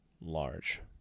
large